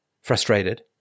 frustrated